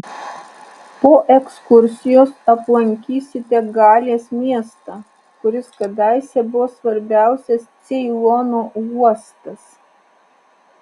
po ekskursijos aplankysite galės miestą kuris kadaise buvo svarbiausias ceilono uostas